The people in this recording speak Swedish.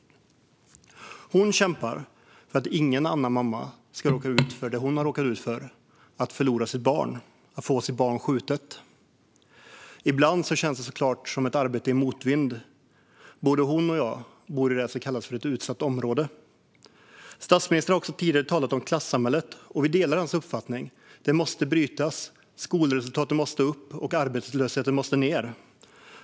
Hon kämpar för att ingen annan mamma ska råka ut för det som hon har råkat ut för, att förlora sitt barn, att få sitt barn skjutet. Ibland känns det såklart som ett arbete i motvind. Både hon och jag bor i det som kallas för ett utsatt område. Statsministern har tidigare talat om klassamhället, och vi delar hans uppfattning att det måste brytas. Skolresultaten måste upp, och arbetslösheten måste ned.